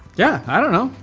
yeah, i don't know.